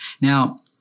Now